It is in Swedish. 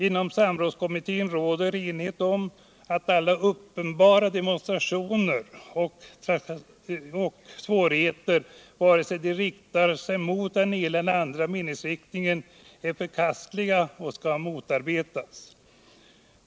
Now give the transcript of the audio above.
Inom samrådskommittén råder cnighet om att alla uppenbara demonstrationer och trakasserier — antingen de riktar sig mot den ena eller den andra meningsriktningen — är förkastliga och skall motarbetas.